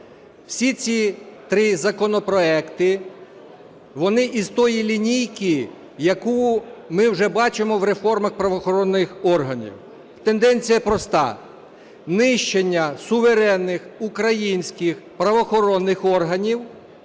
Всі ці три законопроекти, вони із тієї лінійки, яку ми вже бачимо в реформах правоохоронних органів. Тенденція проста: нищення суверенних українських правоохоронних органів